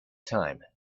time